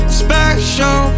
special